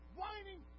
whining